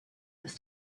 this